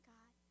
God